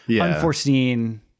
unforeseen